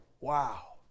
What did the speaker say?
Wow